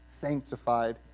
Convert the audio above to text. sanctified